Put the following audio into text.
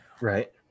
Right